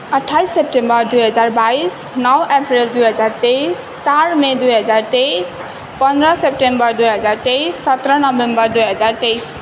अट्ठाइस सेप्टेम्बर दुई हजार बाइस नौ अप्रेल दुई हजार तेइस चार मे दुई हजार तेइस पन्ध्र सेप्टेम्बर दुई हजार तेइस सत्र नोभेम्बर दुई हजार तेइस